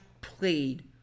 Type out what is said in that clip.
played